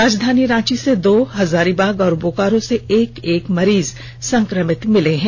राजधानी रांची से दो हजारीबाग और बोकारो से एक एक मरीज संक्रमित मिले हैं